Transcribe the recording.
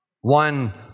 One